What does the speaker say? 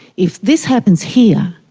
if this happens here,